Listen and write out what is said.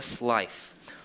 life